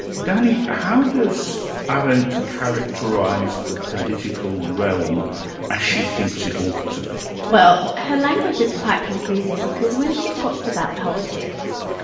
danny, how does arendt characterise the political realm as she thinks it ought to be? well her language is quite confusing, because when she talks about politics,